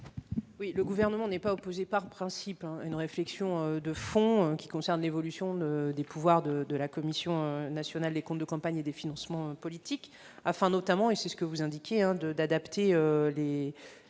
? Le Gouvernement n'est pas opposé par principe à une réflexion de fond sur l'évolution des pouvoirs de la Commission nationale des comptes de campagne et des financements politiques, afin notamment d'adapter, comme vous l'indiquez, les